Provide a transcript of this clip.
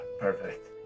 perfect